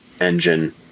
engine